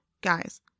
guys